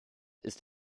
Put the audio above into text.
ist